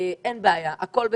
אין בעיה, הכול בסדר.